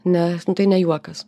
ne tai ne juokas